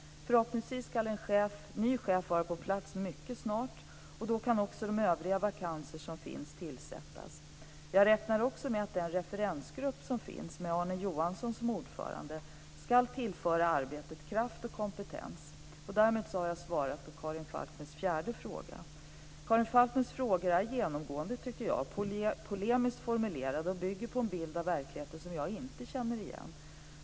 Förhoppningsvis ska en ny chef vara på plats mycket snart och då kan också de övriga vakanser som finns tillsättas. Jag räknar också med att den referensgrupp som finns med Arne Johansson som ordförande ska tillföra arbetet kraft och kompetens. Därmed har jag svarat på Karin Falkmers fjärde fråga. Karin Falkmers frågor är genomgående, tycker jag, polemiskt formulerade och bygger på en bild av verkligheten som jag inte känner igen.